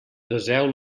deseu